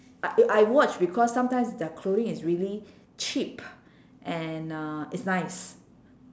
I I watch because sometimes their clothing is really cheap and uh it's nice